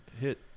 hit